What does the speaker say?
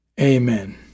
amen